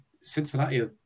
Cincinnati